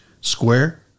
square